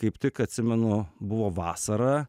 kaip tik atsimenu buvo vasara